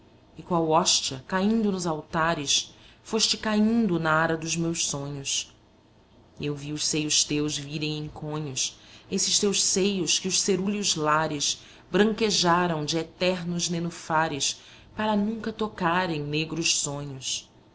e qual hóstia caindo dos altares foste caindo nara dos meus sonhos e eu vi os seios teus virem inconhos esses teus seios que os cerúleos lares branquejaram de eternos nenufares para nunca tocarem negros sonhos